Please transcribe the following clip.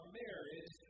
marriage